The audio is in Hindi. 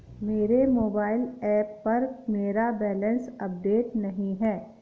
मेरे मोबाइल ऐप पर मेरा बैलेंस अपडेट नहीं है